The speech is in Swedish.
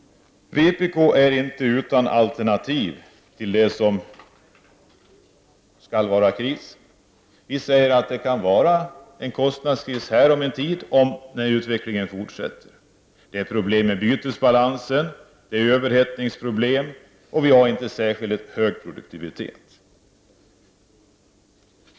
Vpk är inte utan alternativ till det som anses vara kris. Vi säger att det kan komma en kostnadskris här om en tid, när utvecklingen fortsätter. Det är problem med bytesbalansen, det är överhettningsproblem, och vi har inte någon särskilt hög produktivitet.